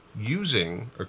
Using